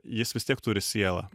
jis vis tiek turi sielą